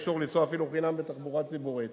יש להם אישור לנסוע אפילו חינם בתחבורה ציבורית.